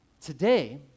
today